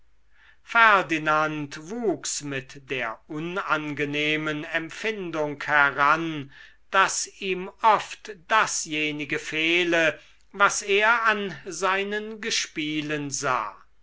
ferdinand wuchs mit der unangenehmen empfindung heran daß ihm oft dasjenige fehle was er an seinen gespielen sah